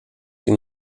sie